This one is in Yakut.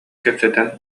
кэпсэтэн